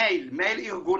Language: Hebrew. מייל ארגוני,